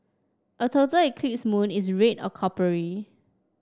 a total eclipse moon is red or coppery